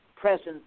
present